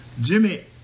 Jimmy